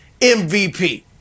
MVP